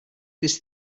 this